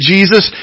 Jesus